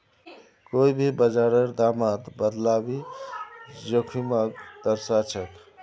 कोई भी बाजारेर दामत बदलाव ई जोखिमक दर्शाछेक